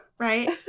Right